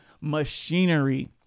machinery